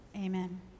amen